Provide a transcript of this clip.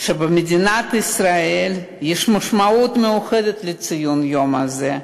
שבמדינת ישראל יש משמעות מיוחדת לציון היום הזה,